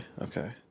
okay